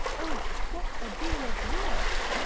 oh! what a deal of work!